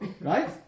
right